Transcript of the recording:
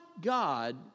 God